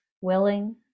willing